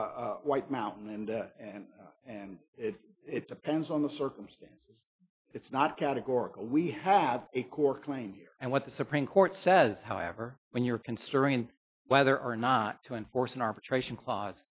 white mountain and and and it it depends on the circumstance it's not categorical we have a core claim here and what the supreme court says however when you're considering whether or not to enforce an arbitration clause